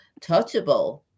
touchable